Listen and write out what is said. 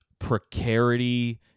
precarity